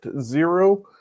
zero